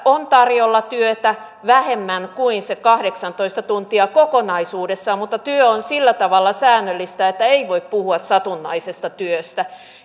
on tarjolla työtä vähemmän kuin se kahdeksantoista tuntia kokonaisuudessaan mutta työ on sillä tavalla säännöllistä että ei voi puhua satunnaisesta työstä